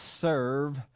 serve